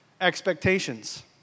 expectations